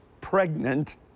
pregnant